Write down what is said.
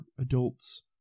adults